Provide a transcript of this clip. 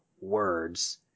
words